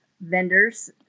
vendors